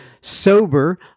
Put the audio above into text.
sober